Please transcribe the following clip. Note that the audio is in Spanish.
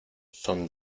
son